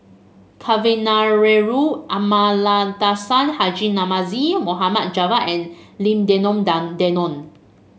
Kavignareru Amallathasan Haji Namazie Mohd Javad and Lim Denon Down Denon